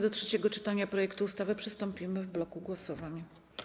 Do trzeciego czytania projektu ustawy przystąpimy w bloku głosowań.